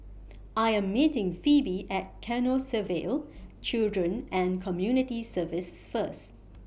I Am meeting Pheobe At Canossaville Children and Community Services First